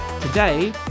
Today